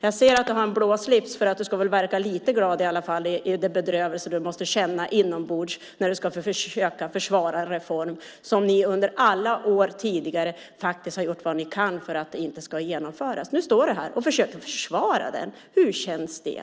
Jag ser att du har en blå slips för att du i alla fall ska verka lite glad i den bedrövelse du måste känna inombords när du försöker försvara en reform som ni under alla år tidigare har gjort vad ni kan för att den inte ska genomföras. Nu står du här och försöker försvara den. Hur känns det?